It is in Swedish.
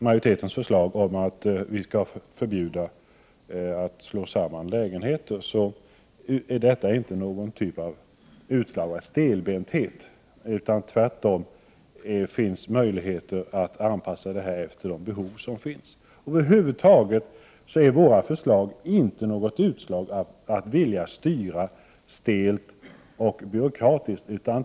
Majoritetens förslag om att förbjuda sammanslagning av lägenheter är inte något utslag av stelbenthet. Tvärtom ger det möjligheter att anpassa utbudet efter de behov som finns. Över huvud taget är våra förslag inte något utslag av att vilja styra stelt och byråkratiskt.